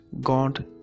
God